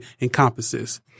encompasses